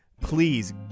Please